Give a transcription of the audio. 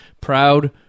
proud